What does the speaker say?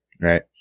right